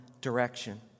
direction